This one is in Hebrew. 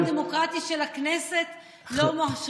גם ביום הדמוקרטי של הכנסת לא מאשרים החלפות?